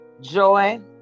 joy